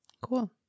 Cool